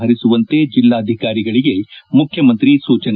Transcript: ಹರಿಸುವಂತೆ ಜೆಲ್ಡಾಧಿಕಾರಿಗಳಿಗೆ ಮುಖ್ಯಮಂತ್ರಿ ಸೂಚನೆ